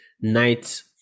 night